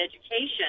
education